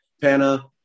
Panna